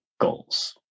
goals